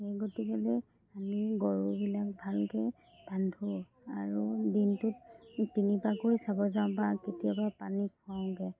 সেই গতিকেলৈ আমি গৰুবিলাক ভালকৈ বান্ধো আৰু দিনটোত তিনিবাৰকৈ চাব যাওঁ বা কেতিয়াবা পানী খুৱাওঁগৈ